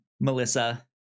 Melissa